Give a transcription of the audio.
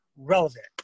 relevant